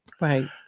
right